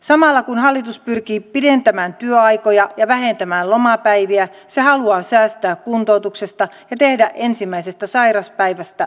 samalla kun hallitus pyrkii pidentämään työaikoja ja vähentämään lomapäiviä se haluaa säästää kuntoutuksesta ja tehdä ensimmäisestä sairauspäivästä palkattoman